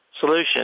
solution